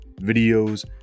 videos